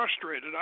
frustrated